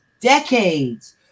decades